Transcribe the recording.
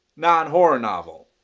non horror novel.